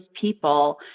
people